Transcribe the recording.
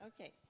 Okay